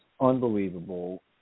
unbelievable